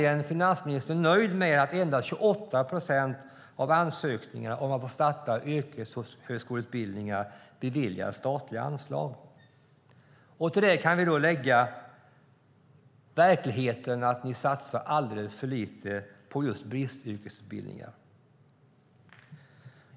Är finansministern verkligen nöjd med att endast 28 procent av ansökningarna om att få starta yrkeshögskoleutbildningar beviljades statliga anslag? Till detta kan läggas verkligheten att ni satsar alldeles för lite på just bristyrkesutbildningar.